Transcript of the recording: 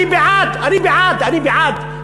אני בעד, אני בעד, אני בעד.